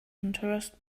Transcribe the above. interest